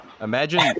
Imagine